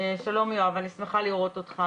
שלום יואב, אני שמחה לראות אותך.